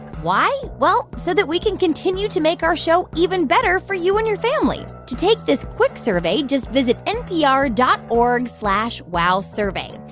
why? well, so that we can continue to make our show even better for you and your family. to take this quick survey, just visit npr dot org slash wowsurvey.